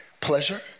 pleasure